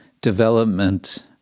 development